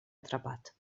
atrapat